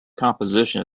composition